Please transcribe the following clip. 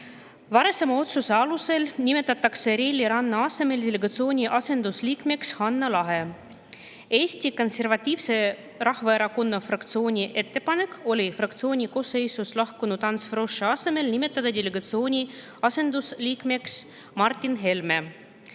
Varasema otsuse alusel nimetatakse Reili Ranna asemel delegatsiooni asendusliikmeks Hanah Lahe. Eesti Konservatiivse Rahvaerakonna fraktsiooni ettepanek oli fraktsiooni koosseisust lahkunud Ants Froschi asemel nimetada delegatsiooni asendusliikmeks Martin Helme.